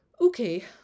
Okay